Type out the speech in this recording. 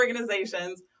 organizations